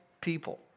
people